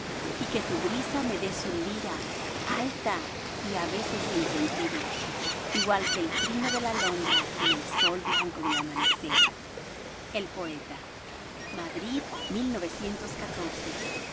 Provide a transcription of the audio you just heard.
y que tu brisa me dé su lira alta y á veces sin sentido igual que el trino de la alondra en el sol blanco del amanecer el poeta madrid á